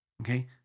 Okay